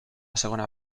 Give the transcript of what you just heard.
segona